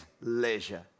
leisure